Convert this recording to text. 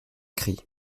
cri